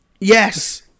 Yes